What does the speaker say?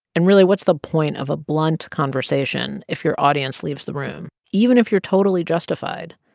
and really, what's the point of a blunt conversation if your audience leaves the room, even if you're totally justified?